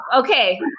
okay